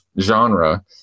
genre